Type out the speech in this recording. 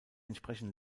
entsprechen